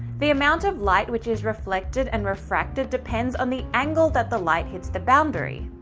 the amount of light which is reflected and refracted depends on the angle that the light hits the boundary.